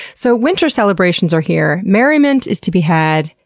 so, winter celebrations are here, merriment is to be had,